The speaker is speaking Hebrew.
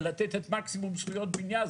בלתת את מקסימום זכויות הבנייה.